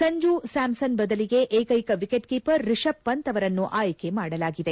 Sanju Samson ಬದಲಿಗೆ ಏಕೈಕ wicket keeper Rishabh Pant ರನ್ನು ಆಯ್ಕೆ ಮಾಡಲಾಗಿದೆ